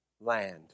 land